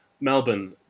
Melbourne